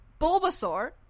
Bulbasaur